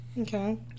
Okay